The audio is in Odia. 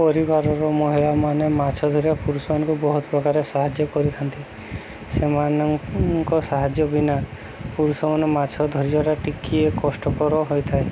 ପରିବାରର ମହିଳାମାନେ ମାଛ ଧରିବା ପୁରୁଷମାନଙ୍କୁ ବହୁତ ପ୍ରକାର ସାହାଯ୍ୟ କରିଥାନ୍ତି ସେମାନଙ୍କ ସାହାଯ୍ୟ ବିନା ପୁରୁଷମାନେ ମାଛ ଧରିବାଟା ଟିକିଏ କଷ୍ଟକର ହୋଇଥାଏ